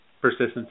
Persistence